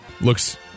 Looks